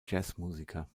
jazzmusiker